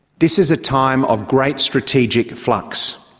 this is a time of great strategic flux.